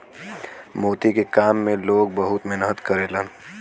मोती के काम में लोग बहुत मेहनत करलन